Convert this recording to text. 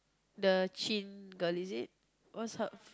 the chin girl is it what's her